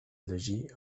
llegir